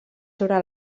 sobre